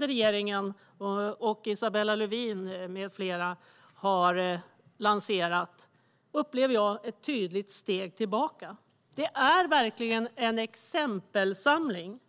regeringen med Isabella Lövin med flera har lanserat, upplever jag ett tydligt steg tillbaka. Det är verkligen en exempelsamling.